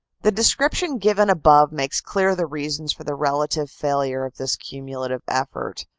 the descri ption given above makes clear the reasons for the relative failure of this cumulative effort.